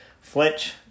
Fletch